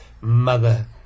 Mother